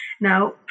Now